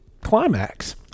climax